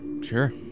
Sure